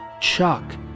Chuck